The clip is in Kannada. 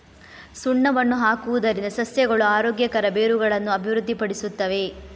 ಸುಣ್ಣವನ್ನು ಹಾಕುವುದರಿಂದ ಸಸ್ಯಗಳು ಆರೋಗ್ಯಕರ ಬೇರುಗಳನ್ನು ಅಭಿವೃದ್ಧಿಪಡಿಸುತ್ತವೆ